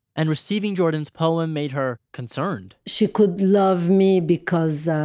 and receiving jordan's poem made her concerned. she could love me because